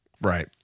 Right